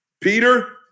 Peter